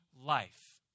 life